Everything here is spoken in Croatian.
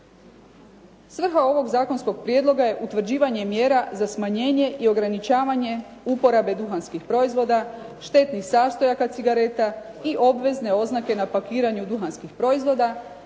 Svrha ovog zakonskog prijedloga je utvrđivanje mjera za smanjenje i ograničavanje uporabe duhanskih proizvoda, štetnih sastojaka cigareta i obvezne oznake na pakiranju duhanskih proizvoda